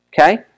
Okay